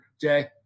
Jay